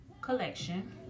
collection